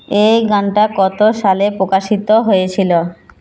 এই গানটা কত সালে প্রকাশিত হয়েছিলো